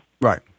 Right